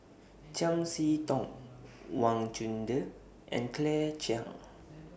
Chiam See Tong Wang Chunde and Claire Chiang